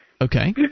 Okay